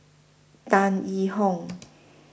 Tan Yee Hong